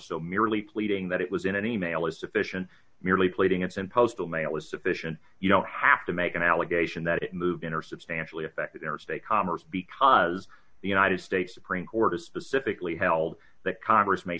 so merely pleading that it was in an e mail is sufficient merely pleading it's in postal mail is sufficient you don't have to make an allegation that it moved in or substantially affected interstate commerce because the united states supreme court is specifically held that congress may